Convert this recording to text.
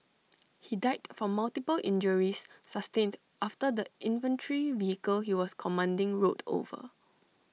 he died from multiple injuries sustained after the infantry vehicle he was commanding rolled over